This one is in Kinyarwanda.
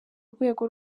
rwego